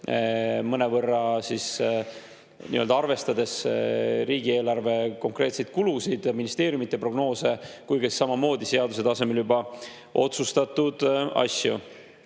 oma prognoose, arvestades nii riigieelarve konkreetseid kulusid, ministeeriumide prognoose kui ka samamoodi seaduse tasemel juba otsustatud asju.